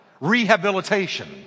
rehabilitation